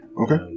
Okay